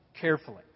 carefully